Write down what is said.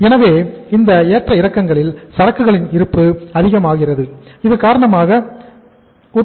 எனவே இந்த ஏற்ற இறக்கங்களில் சரக்குகளின் இருப்பு அதிகமாக இது காரணமாக அமைகிறது